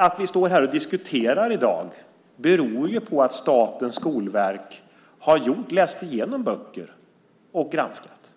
Att vi står här och diskuterar i dag beror ju på att Statens skolverk har läst igenom böcker och granskat dem